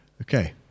Okay